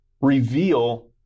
reveal